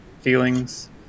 feelings